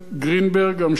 המשורר הלאומי.